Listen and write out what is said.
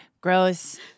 Gross